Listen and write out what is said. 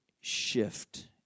shift